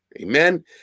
amen